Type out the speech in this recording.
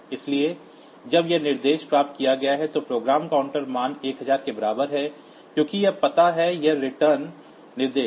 इसलिए जब यह निर्देश प्राप्त किया गया है तो प्रोग्राम काउंटर मान 1000 के बराबर है क्योंकि यह पता है यह ret निर्देश